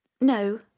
no